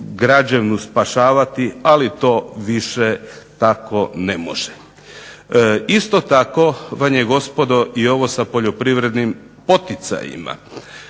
brodograđevnu spašavati ali to tako više ne može. Isto tako vam je gospodo i ovo sa poljoprivrednim poticajima.